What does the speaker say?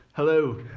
Hello